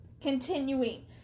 Continuing